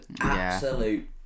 absolute